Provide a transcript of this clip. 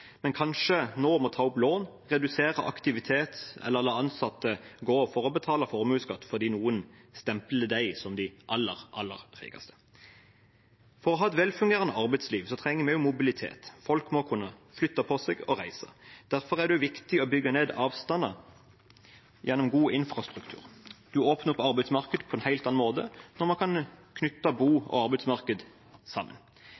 men må kanskje nå ta opp lån, redusere aktiviteten eller la ansatte gå for å betale formuesskatt fordi noen stempler dem som de aller, aller rikeste. For å ha et velfungerende arbeidsliv trenger vi også mobilitet. Folk må kunne flytte på seg og reise. Derfor er det viktig å bygge ned avstander gjennom god infrastruktur. Det åpner for arbeidsmarkedet på en helt annen måte når man kan knytte bo- og arbeidsmarked sammen.